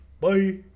Bye